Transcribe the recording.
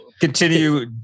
continue